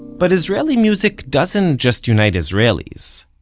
but israeli music doesn't just unite israelis.